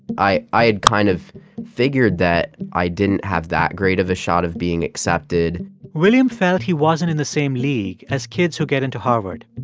i i had kind of figured that i didn't have that great of a shot of being accepted william felt he wasn't in the same league as kids who get into harvard.